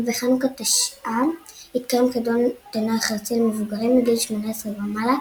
ובחנוכה תשע"א התקיים חידון תנ"ך ארצי למבוגרים מגיל 18 ומעלה,